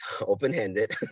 open-handed